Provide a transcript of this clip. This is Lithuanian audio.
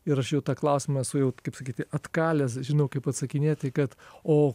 ir aš jau tą klausimą esu jau kaip sakyti atkalęs žinau kaip atsakinėti kad o